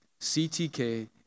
CTK